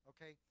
Okay